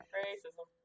racism